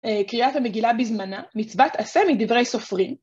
קריאת המגילה בזמנה, מצוות עשה מדברי סופרים.